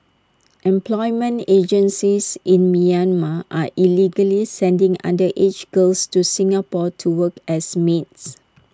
employment agencies in Myanmar are illegally sending underage girls to Singapore to work as maids